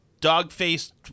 dog-faced